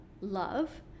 love